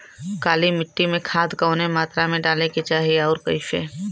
काली मिट्टी में खाद कवने मात्रा में डाले के चाही अउर कइसे?